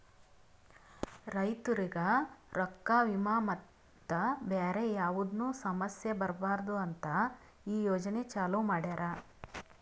ರೈತುರಿಗ್ ರೊಕ್ಕಾ, ವಿಮಾ ಮತ್ತ ಬ್ಯಾರೆ ಯಾವದ್ನು ಸಮಸ್ಯ ಬರಬಾರದು ಅಂತ್ ಈ ಯೋಜನೆ ಚಾಲೂ ಮಾಡ್ಯಾರ್